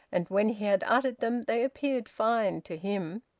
and when he had uttered them, they appeared fine to him.